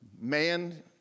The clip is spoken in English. man